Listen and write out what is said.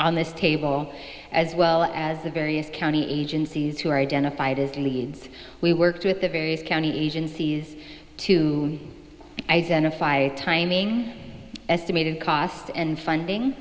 on this table as well as the various county agencies who are identified as leads we worked with the various county agencies to identify timing estimated cost and funding